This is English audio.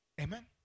Amen